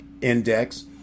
index